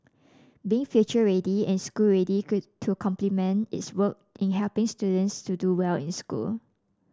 being future ready and school ready could to complement its work in helping students to do well in school